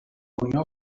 unió